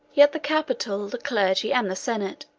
yet the capital, the clergy, and the senate,